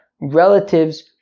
relatives